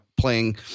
playing